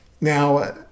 Now